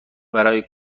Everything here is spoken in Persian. برای